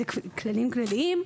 זה בכללים כלליים,